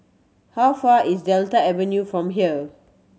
how far is Delta Avenue from here